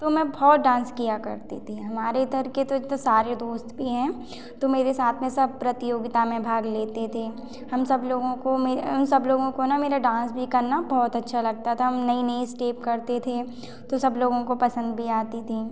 तो मैं बहुत डांस किया करती थी हमारे इधर के तो एक तो इतने सारे दोस्त भी हैं तो मेरे साथ में सब प्रतियोगिता में भाग लेते थे हम सब लोगों को में उन हम सब लोगों को ना मेरा डांस भी करना बहुत अच्छा लगता था हम नई नई स्टेप करते थे तो सब लोगों को पसंद भी आती थीं